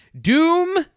Doom